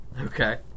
Okay